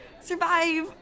survive